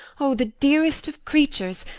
o the dearest of creatures,